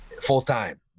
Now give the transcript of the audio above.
full-time